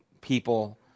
people